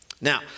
Now